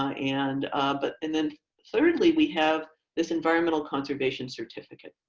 and but and then thirdly, we have this environmental conservation certificate.